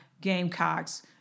Gamecocks